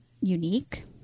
unique